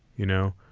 you know,